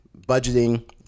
budgeting